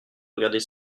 regarder